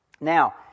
Now